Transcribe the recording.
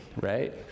right